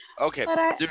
Okay